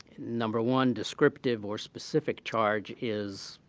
number one, descriptive or specific charge is,